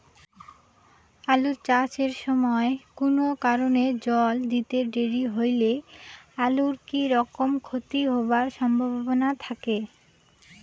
আলু চাষ এর সময় কুনো কারণে জল দিতে দেরি হইলে আলুর কি রকম ক্ষতি হবার সম্ভবনা থাকে?